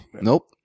Nope